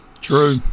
True